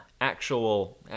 Actual